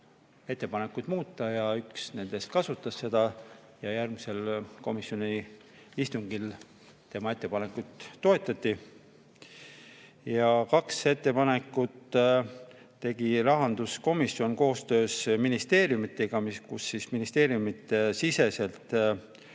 ettepanekut muuta. Üks nendest kasutas seda ja järgmisel komisjoni istungil tema ettepanekut toetati. Kaks ettepanekut tegi rahanduskomisjon koostöös ministeeriumidega. Esiteks, ministeeriumide sees